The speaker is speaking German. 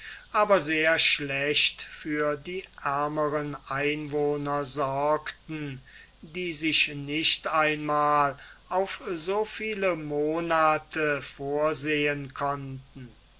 aber sehr schlecht für die ärmeren einwohner sorgten die sich nicht einmal auf so viele monate vorsehen konnten